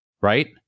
right